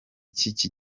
cy’iki